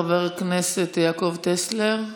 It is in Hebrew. חבר הכנסת יעקב טסלר.